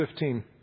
15